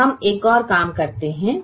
अब हम एक और काम करते हैं